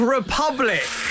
Republic